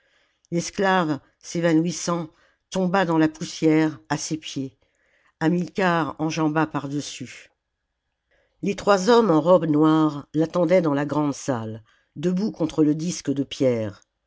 l'esclave s'évanouissant tomba dans la poussière à ses pieds hamilcar enjamba par-dessus les trois hommes en robes noires l'attendaient dans la grande salle debout contre le disque de pierre